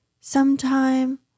sometime